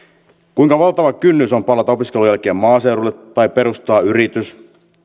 kuinka valtava kynnys on palata opiskelujen jälkeen maaseudulle tai perustaa yritys